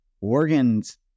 organs